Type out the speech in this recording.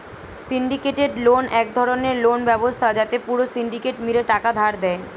syndicated loan এক ধরণের loan ব্যবস্থা যাতে পুরো সিন্ডিকেট মিলে টাকা ধার দেয়